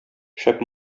шәп